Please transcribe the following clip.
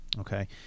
okay